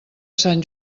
sant